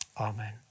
Amen